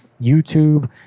youtube